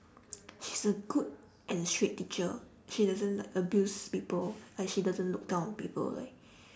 she's a good and strict teacher she doesn't like abuse people like she doesn't look down on people like